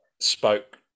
spoke